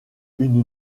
une